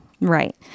Right